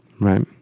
Right